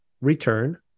return